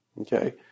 Okay